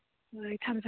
ꯍꯣꯏ